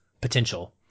potential